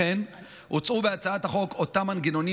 לכן הוצעו בהצעת החוק אותם מנגנונים